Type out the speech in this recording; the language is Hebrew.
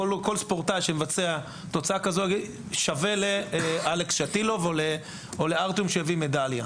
ספורטאי שווה לאלכס שטילוב או לארטיום דולגופיאט שזכה במדליה.